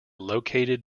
located